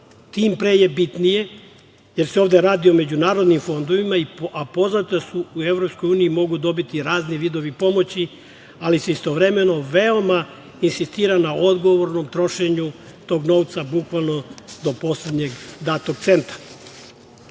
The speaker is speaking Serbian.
pre je bitnije, jer se ovde radi o međunarodnim fondovima a poznato je da se u EU mogu dobiti razni vidovi pomoći, ali se istovremeno veoma insistira na odgovornom trošenju tog novca, bukvalno do poslednjeg datog centa. Ne